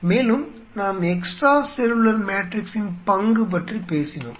மேலும் நாம் extra cellular மேட்ரிக்ஸின் பங்கு பற்றி பேசினோம்